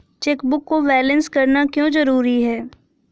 Chequebook को balance करना क्यों जरूरी है?